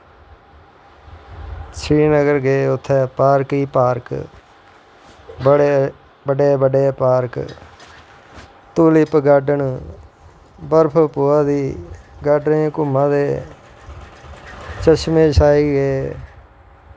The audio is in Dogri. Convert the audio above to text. श्री नगर गे उत्थें पार्टी पार्क बड़े बड्डे बड्डे पार्क टुलिप गार्डन बर्फ पवा दी गार्डनें च घूमां दे चश्मेंशाही गे